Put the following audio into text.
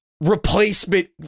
replacement